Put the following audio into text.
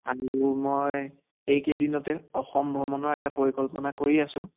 আৰু মই এইকেইদিনতে অসম ভ্ৰমণৰ এটা পৰিকল্পনা কৰি আছোঁ